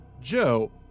Joe